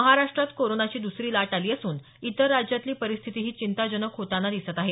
महाराष्ट्रात करोनाची दसरी लाट आली असून इतर राज्यातली परिस्थितीही चिंताजनक होताना दिसत आहे